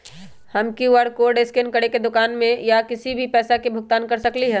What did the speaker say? हम QR code scan करके दुकान में या कहीं भी पैसा के भुगतान कर सकली ह?